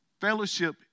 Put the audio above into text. fellowship